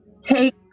take